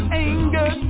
anger